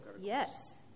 Yes